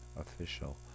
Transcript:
official